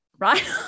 Right